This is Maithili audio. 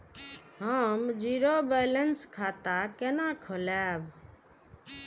हम जीरो बैलेंस खाता केना खोलाब?